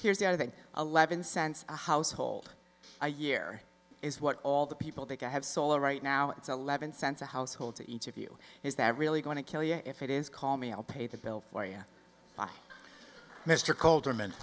here's the other that eleven cents a household a year is what all the people think i have solar right now it's eleven cents a household to each of you is that really going to kill you if it is call me i'll pay the bill for you mr calder meant